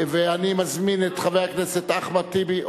אני מזמין את חבר הכנסת אחמד טיבי.